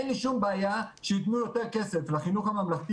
אין לי שום בעיה שיתנו יותר כסף לחינוך הממלכתי